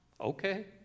Okay